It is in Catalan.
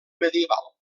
medieval